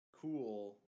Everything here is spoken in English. cool